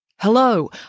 Hello